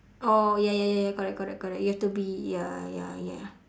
oh ya ya ya ya correct correct correct you have to be ya ya ya